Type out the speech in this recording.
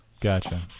gotcha